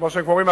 כמו שהם אומרים,